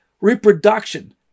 reproduction